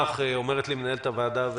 מנהלת הוועדה אומרת לי,